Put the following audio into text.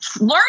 learn